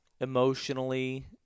Emotionally